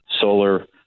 solar